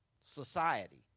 society